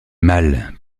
mal